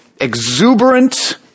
exuberant